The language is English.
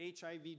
HIV